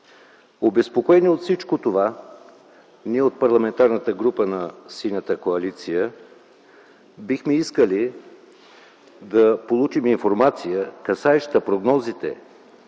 Обезпокоени от всичко това ние от Парламентарната група на „Синята коалиция” бихме искали да получим информация, касаеща прогнозите